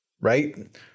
right